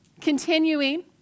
Continuing